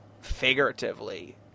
figuratively